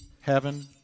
heaven